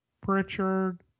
Pritchard